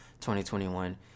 2021